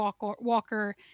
Walker